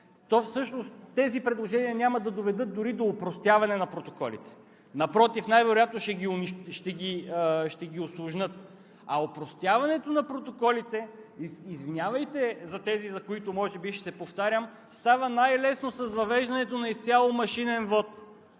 тези предложения няма да доведат дори до опростяване на протоколите. Напротив, най-вероятно ще ги усложнят. А опростяването на протоколите – извинявайте за тези, за които може би ще се повторя, става най-лесно с въвеждането на изцяло машинен вот,